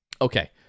Okay